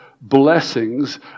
blessings